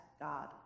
God